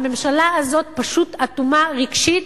הממשלה הזאת פשוט אטומה רגשית,